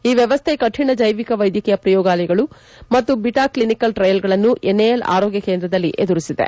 ಈ ವ್ಯವಸ್ಥೆ ಕಠಿಣ ಜೈವಿಕ ವೈದ್ಯಕೀಯ ಪ್ರಯೋಗಗಳು ಮತ್ತು ಬಿಟಾ ಕ್ಲಿನಿಕಲ್ ಟ್ರಯಲ್ ಗಳನ್ನು ಎನ್ಎಎಲ್ ಆರೋಗ್ಯ ಕೇಂದ್ರದಲ್ಲಿ ಎದುರಿಸಿದೆ